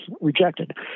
rejected